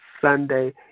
Sunday